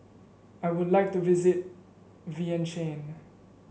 I would like to visit Vientiane